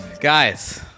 guys